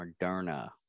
Moderna